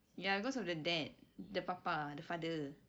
ya because of the dad the papa the father